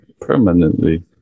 permanently